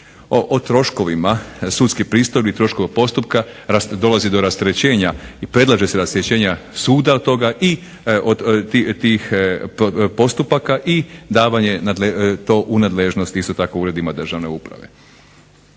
O troškovima sudskih pristojbi, troškova postupka, dolazi do rasterećenja i predlaže se rasterećenje suda od toga i od tih postupaka i davanje to u nadležnost isto tako uredima Državne uprave.